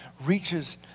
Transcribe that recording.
Reaches